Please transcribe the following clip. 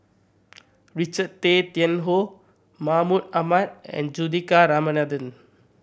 Richard Tay Tian Hoe Mahmud Ahmad and Juthika Ramanathan